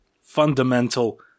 fundamental